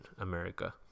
America